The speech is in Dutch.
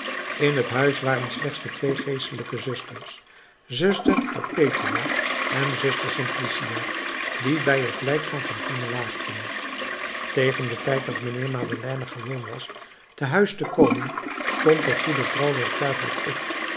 in het huis waren slechts de twee geestelijke zusters zuster perpetua en zuster simplicia die bij het lijk van fantine waakten tegen den tijd dat mijnheer madeleine gewoon was te huis te komen stond de goede vrouw werktuiglijk op